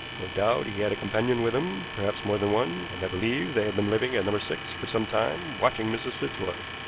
no doubt he had a companion with him, perhaps more than one, and i believe they have been living at no. six for some time watching mrs. fitzroy.